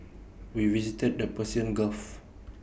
we visited the Persian gulf